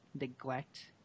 neglect